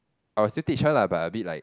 I will still teach her lah but a bit like